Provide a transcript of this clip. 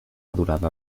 durada